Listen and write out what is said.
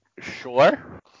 sure